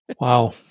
wow